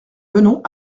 venons